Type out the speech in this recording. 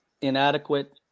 inadequate